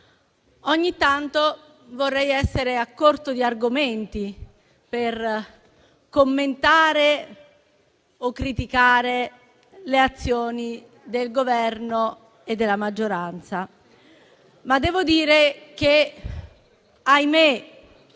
ogni tanto vorrei essere a corto di argomenti per commentare o criticare le azioni del Governo e della maggioranza. Ma devo dire che - ahimè,